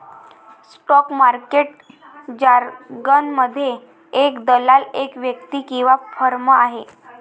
stock market जारगनमध्ये, एक दलाल एक व्यक्ती किंवा फर्म आहे